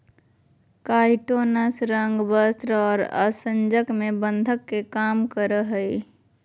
काइटोनस रंग, वस्त्र और आसंजक में बंधक के काम करय हइ